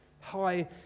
high